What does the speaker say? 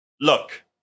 Look